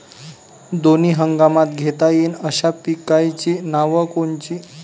दोनी हंगामात घेता येईन अशा पिकाइची नावं कोनची?